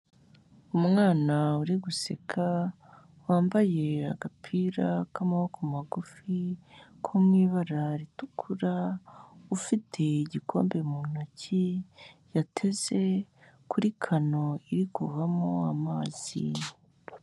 Umwana uri guseka, wambaye agapira k'amaboko magufi ko mu ibara ritukura, ufite igikombe mu ntoki, yateze kuri kano iri kuvamo amazi.